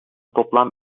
toplam